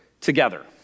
Together